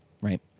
right